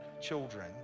children